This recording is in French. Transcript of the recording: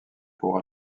pour